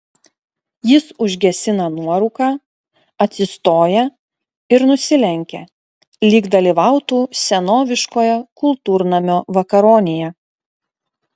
jis užgesina nuorūką atsistoja ir nusilenkia lyg dalyvautų senoviškoje kultūrnamio vakaronėje